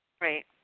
Right